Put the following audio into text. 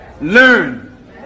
Learn